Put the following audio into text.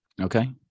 Okay